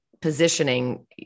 positioning